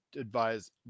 advise